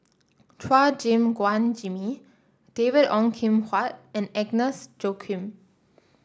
Chua Gim Guan Jimmy David Ong Kim Huat and Agnes Joaquim